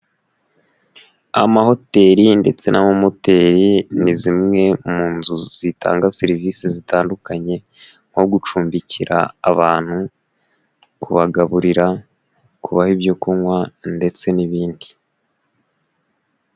Amahoteli ndetse n'amamoteri ni zimwe mu nzu zitanga serivisi zitandukanye nko gucumbikira abantu, kubagaburira kubaha ibyo kunywa ndetse n'ibindi.